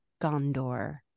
Gondor